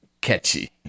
catchy